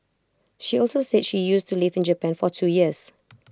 she also said she used to lived in Japan for two years